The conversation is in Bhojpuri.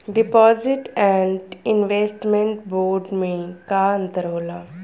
डिपॉजिट एण्ड इन्वेस्टमेंट बोंड मे का अंतर होला?